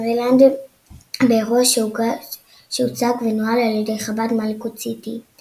מרילנד באירוע שהוצג ונוהל על ידי חב"ד מאליקוט סיטי.